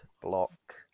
block